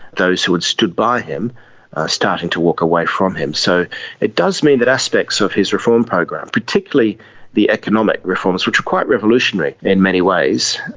those who had stood by him started to walk away from him. so it does mean that aspects of his reform program, particularly the economic reforms, which were quite revolutionary in many ways,